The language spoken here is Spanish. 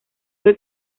fue